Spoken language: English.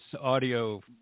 audio